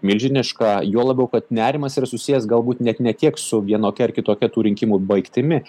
milžiniška juo labiau kad nerimas yra susijęs galbūt net ne tiek su vienokia ar kitokia tų rinkimų baigtimi